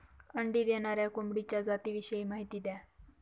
अंडी देणाऱ्या कोंबडीच्या जातिविषयी माहिती द्या